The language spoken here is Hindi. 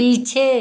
पीछे